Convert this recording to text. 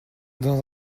dans